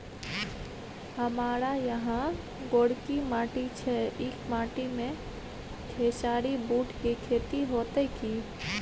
हमारा यहाँ गोरकी माटी छै ई माटी में खेसारी, बूट के खेती हौते की?